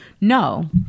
No